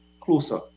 closer